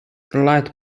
light